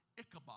Ichabod